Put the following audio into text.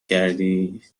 کردی